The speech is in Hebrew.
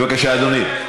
בבקשה, אדוני.